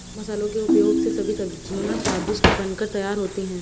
मसालों के उपयोग से सभी सब्जियां स्वादिष्ट बनकर तैयार होती हैं